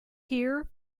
here